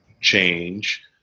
change